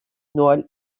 noel